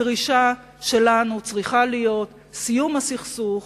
הדרישה שלנו צריכה להיות סיום הסכסוך,